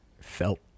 Felt